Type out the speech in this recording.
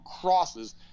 crosses